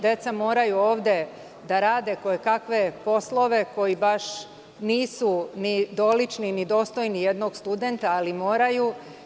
Deca moraju ovde da rade kojekakve poslove, koji baš i nisu dolični ni dostojni jednog studenta, ali moraju.